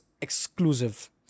exclusive